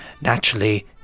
naturally